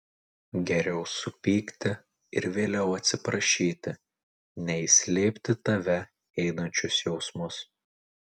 geriau supykti ir vėliau atsiprašyti nei slėpti tave ėdančius jausmus